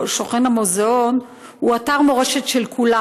שוכן המוזיאון הוא אתר מורשת של כולם.